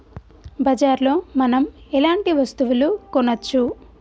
బజార్ లో మనం ఎలాంటి వస్తువులు కొనచ్చు?